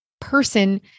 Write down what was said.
person